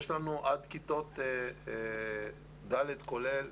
עד כיתות ד', כולל,